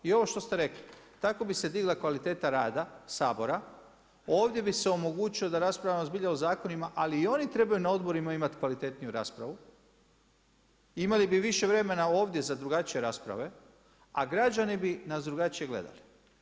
I ovo što ste rekli, tako bi se digla kvaliteta rada Sabora, ovdje bi se omogućilo da raspravljamo zbilja o zakonima ali i oni trebaju imati na odborima imati kvalitetniju raspravu, imali bi više vremena ovdje za drugačije rasprave, a građani bi nas drugačije gledali.